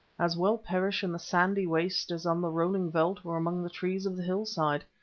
as well perish in the sandy waste as on the rolling veldt or among the trees of the hill-side.